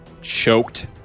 choked